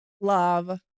Love